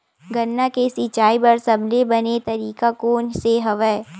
गन्ना के सिंचाई बर सबले बने तरीका कोन से हवय?